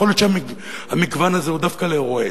יכול להיות שהמגוון הזה הוא דווקא לרועץ.